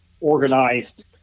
organized